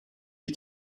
you